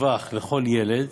טווח לכל ילד,